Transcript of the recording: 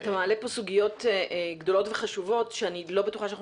אתה מעלה פה סוגיות גדולות וחשובות שאני לא בטוחה שאנחנו